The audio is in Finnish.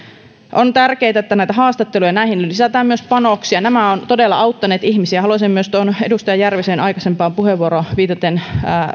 on tärkeätä että myös näihin haastatteluihin lisätään panoksia nämä ovat todella auttaneet ihmisiä ja haluaisin myös edustaja järvisen aikaisempaan puheenvuoroon viitaten